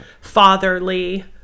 fatherly